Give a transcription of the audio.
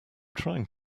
trying